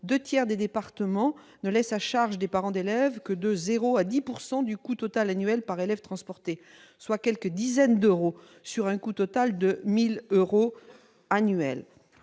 deux tiers des départements ne laissent à la charge des parents d'élèves que de 0 % à 10 % du coût total annuel par élève transporté, soit quelques dizaines d'euros sur un coût total annuel de 1 000 euros.